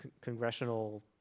congressional